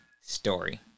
story